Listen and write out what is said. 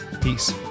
Peace